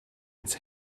its